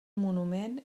monument